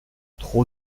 trop